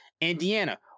Indiana